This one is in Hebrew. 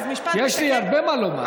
אז משפט, יש לי הרבה מה לומר.